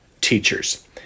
teachers